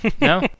No